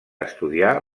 estudiar